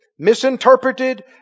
misinterpreted